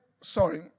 sorry